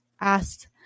asked